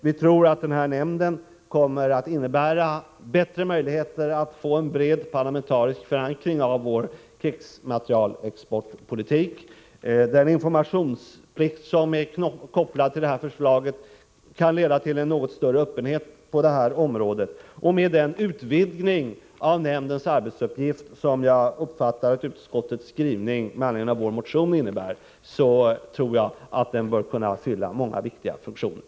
Vi tror att den rådgivande nämnden kommer att innebära bättre möjligheter att ge vår krigsmaterielexportpolitik en bred parlamentarisk förankring. Den informationsplikt som är kopplad till förslaget kan leda till en något större öppenhet på detta område. Och med den utvidgning av nämndens arbetsuppgifter som jag uppfattar att utskottets skrivning med anledning av vår motion innebär tror jag att nämnden kan fylla många viktiga funktioner.